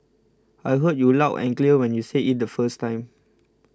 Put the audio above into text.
I heard you loud and clear when you said it the first time